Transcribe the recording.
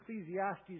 Ecclesiastes